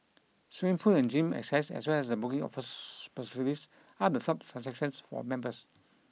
swimming pool and gym access as well as the booking of sports are the sub for members